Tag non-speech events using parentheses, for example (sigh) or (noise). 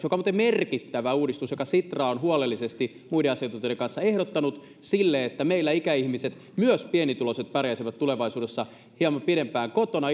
(unintelligible) joka on muuten merkittävä uudistus jonka sitra on huolellisesti muiden asiantuntijoiden kanssa ehdottanut silleen meillä ikäihmiset myös pienituloiset pärjäisivät tulevaisuudessa hieman pidempään kotona (unintelligible)